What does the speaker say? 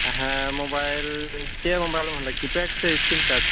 ᱦᱮᱸ ᱢᱳᱵᱟᱭᱤᱞ ᱪᱮᱫ ᱢᱳᱵᱟᱭᱤᱞ ᱵᱚᱞᱮ ᱠᱤᱯᱮᱴ ᱥᱮ ᱤᱥᱠᱤᱱ ᱴᱟᱡ